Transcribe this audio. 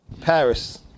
Paris